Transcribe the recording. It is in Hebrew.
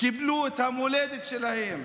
קיבלו את המולדת שלהם.